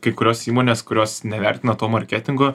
kai kurios įmonės kurios nevertina to marketingo